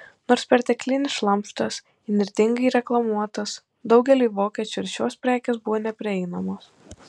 nors perteklinis šlamštas įnirtingai reklamuotas daugeliui vokiečių ir šios prekės buvo neprieinamos